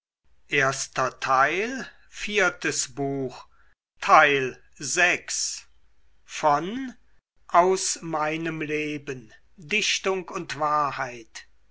goethe aus meinem leben dichtung und wahrheit